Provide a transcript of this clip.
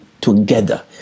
together